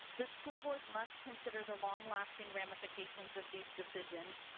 the school board must consider the long lasting ramifications of these decisions.